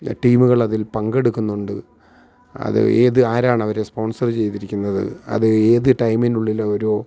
ടീമുകളതിൽ പങ്കെടുക്കുന്നുണ്ട് അത് ഏത് ആരാണവരെ സ്പോൺസർ ചെയ്തിരിക്കുന്നത് അത് ഏത് ടൈമിനുള്ളില് ഓരോ